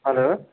hello